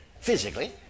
physically